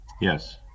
Yes